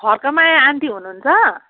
Harkamaya aunty हुनुहुन्छ